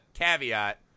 caveat